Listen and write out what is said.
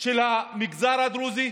של המגזר הדרוזי,